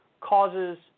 causes